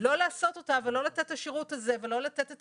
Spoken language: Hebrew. לא לעשות אותה ולא לתת את השירות הזה ולא לתת את